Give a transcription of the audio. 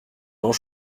grand